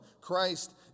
Christ